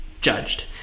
judged